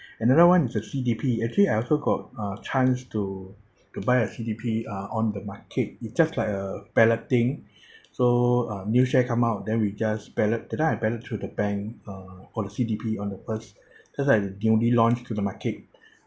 another [one] is the C_D_P actually I also got uh chance to to buy a C_D_P uh on the market it's just like uh balloting so uh new share come out then we just ballot that time I ballot through the bank uh for the C_D_P on the first because like newly launched to the market